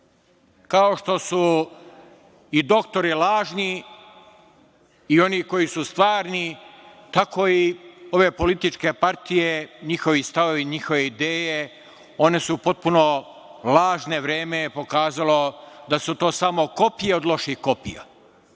kao što su i doktori lažni i oni koji su stvarni, tako i ove političke partije, njihovi stavovi, njihove ideje, one su potpuno lažne. Vreme je pokazalo da su to samo kopije od loših kopija.